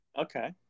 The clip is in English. Okay